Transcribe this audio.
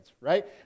right